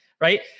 Right